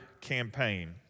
campaign